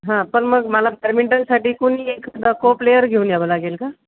हां पण मग मला बॅडमिंटनसाठी कुणी एकदा को प्लेयर घेऊन यावं लागेल का